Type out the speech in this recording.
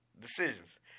decisions